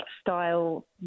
style